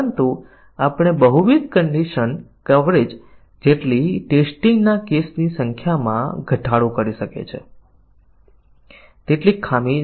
પરંતુ જો આપણે નિવેદન શાખા કવરેજ કરીએ છીએ તો તમારે નિવેદન કવરેજ કરવાનું રહેશે નહીં જે આપણે પહેલાથી કહ્યું છે